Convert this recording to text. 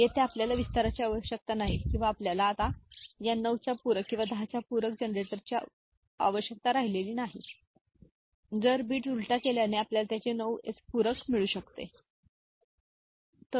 येथे आपल्याला विस्ताराची आवश्यकता नाही किंवा आपल्याला आता या 9 च्या पूरक किंवा 10 च्या पूरक जनरेटर सर्किटची आवश्यकता नाही कारण बिट्स उलटा केल्याने आपल्याला त्याचे 9 एस पूरक मिळू शकते ठीक आहे